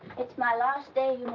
it's my last day, you